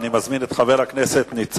ואנחנו מכירים את זה דרך ההוראה.